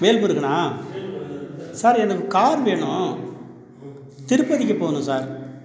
வேல்முருகனா sir எனக்கு car வேணும் திருப்பதிக்கு போகணும் சார்